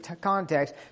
context